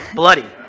bloody